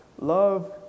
love